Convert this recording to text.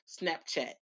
Snapchat